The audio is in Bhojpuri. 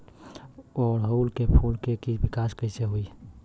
ओड़ुउल के फूल के विकास कैसे होई?